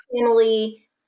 family